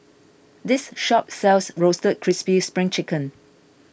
this shop sells Roasted Crispy Spring Chicken